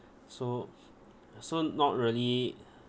so so not really